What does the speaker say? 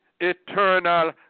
eternal